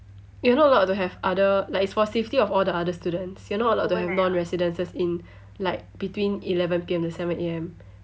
you're not allowed to have other like it's for safety of all the other students you're not allowed to have non-residents as in like between eleven P_M and seven A_M